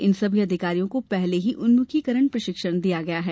इन सभी अधिकारियों को पहले ही उन्मुखीकरण प्रशिक्षण दिया गया है